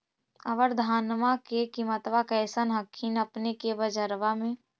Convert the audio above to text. अबर धानमा के किमत्बा कैसन हखिन अपने के बजरबा में?